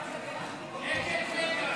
שעה)